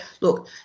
Look